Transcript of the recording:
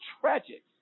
tragic